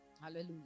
Hallelujah